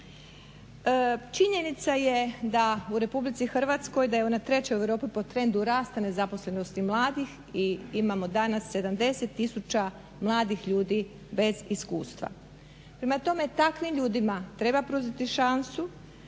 Činjenica je da u Republici Hrvatskoj, da je ona 3 u Europi po trendu rasta nezaposlenosti mladih i imamo danas 70 tisuća mladih ljudi bez iskustva. Prema tome, takvim ljudima treba pružiti šansu